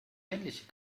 männliche